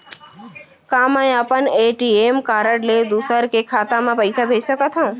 का मैं अपन ए.टी.एम कारड ले दूसर के खाता म पइसा भेज सकथव?